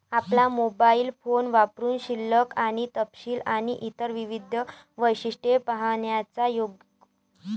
आपला mobile phone वापरुन शिल्लक आणि तपशील आणि इतर विविध वैशिष्ट्ये पाहण्याचा योग